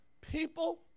people